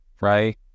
Right